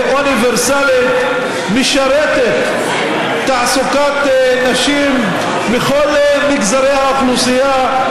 אוניברסלית ומשרתת תעסוקת נשים בכל מגזרי האוכלוסייה.